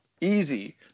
easy